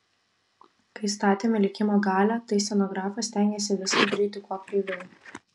kai statėme likimo galią tai scenografas stengėsi viską daryti kuo kreiviau